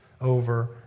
over